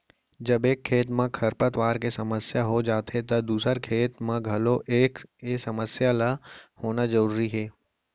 जब एक खेत म खरपतवार के समस्या हो जाथे त दूसर खेत म घलौ ए समस्या ल होना जरूरी हे